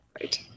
Right